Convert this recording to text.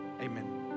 Amen